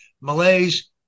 Malay's